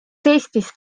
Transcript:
eestist